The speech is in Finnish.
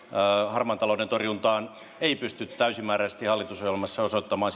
harmaan talouden torjuntaan ei pystytä täysimääräisesti hallitusohjelmassa osoittamaan